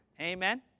Amen